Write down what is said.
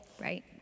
right